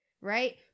right